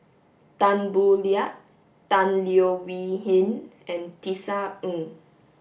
Tan Boo Liat Tan Leo Wee Hin and Tisa Ng